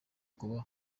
kuba